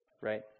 right